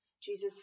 jesus